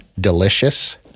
delicious